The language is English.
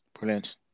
Brilliant